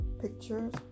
pictures